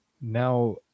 now